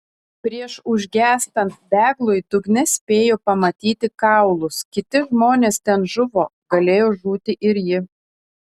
prieš užgęstant deglui dugne spėjo pamatyti kaulus kiti žmonės ten žuvo galėjo žūti ir ji